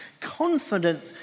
Confident